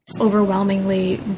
overwhelmingly